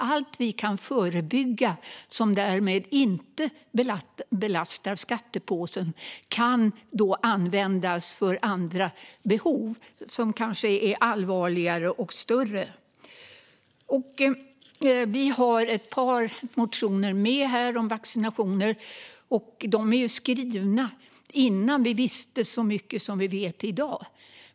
Allt vi kan förebygga, som därmed inte belastar skattepåsen, kan då användas för andra behov som kanske är allvarligare och större. Vi har ett par motioner med här om vaccinationer. De skrevs innan vi visste så mycket som vi vet i dag.